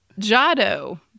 Jado